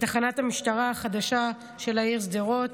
בתחנת המשטרה החדשה של העיר שדרות,